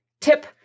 tip